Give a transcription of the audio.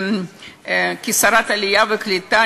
כשרת העלייה והקליטה,